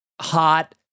hot